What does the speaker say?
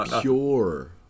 Pure